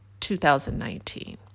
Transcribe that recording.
2019